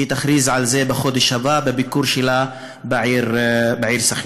והיא תכריז על זה בחודש הבא בביקור שלה בעיר סח'נין,